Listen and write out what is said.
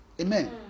Amen